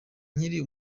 nkiri